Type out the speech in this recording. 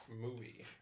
movie